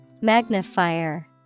Magnifier